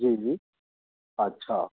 जी जी अच्छा